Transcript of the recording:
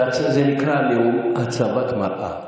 זה נקרא "הצבת מראה".